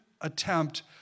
attempt